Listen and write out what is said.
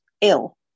ill